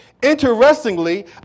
Interestingly